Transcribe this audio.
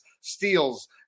steals